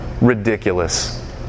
ridiculous